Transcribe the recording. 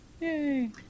Yay